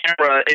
camera